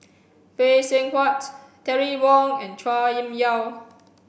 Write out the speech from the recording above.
Phay Seng Whatt Terry Wong and Chua Kim Yeow